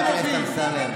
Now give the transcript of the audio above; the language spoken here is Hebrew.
חבר הכנסת אמסלם.